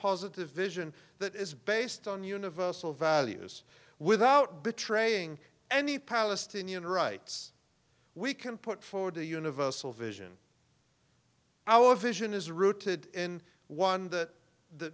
positive vision that is based on universal values without betraying any palestinian rights we can put forward a universal vision our vision is rooted in one that the